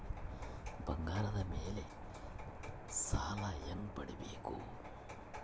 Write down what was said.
ಬಂಗಾರದ ಮೇಲೆ ಸಾಲ ಹೆಂಗ ಪಡಿಬೇಕು?